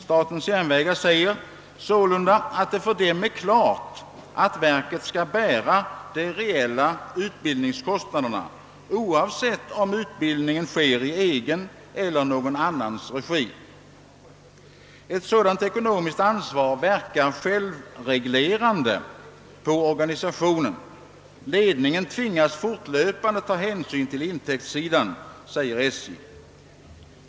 Statens järnvägar säger sålunda, att det för dem är klart att verket skall bära de reella utbildningskostnaderna oavsett om utbildningen sker i egen eller någon annans regi. Ett sådant ekonomiskt ansvar verkar självreglerande på organisationen. Ledningen tvingas fortlöpande ta hänsyn till intäktssidan, säger SJ.